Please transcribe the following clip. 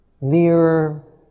nearer